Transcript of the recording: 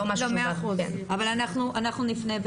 אבל אנחנו נפנה,